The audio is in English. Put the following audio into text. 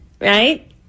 right